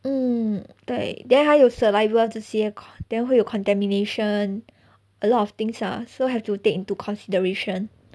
mm 对 then 还有 saliva 这些 then 会有 contamination a lot of things lah so have to take into consideration